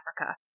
Africa